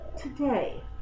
today